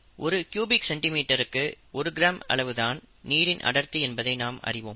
ஒரு க்யூபிக் சென்டி மீட்டருக்கு ஒரு கிராம் அளவுதான் நீரின் அடர்த்தி என்பதை நாம் அறிவோம்